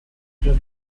the